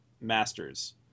Masters